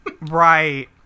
Right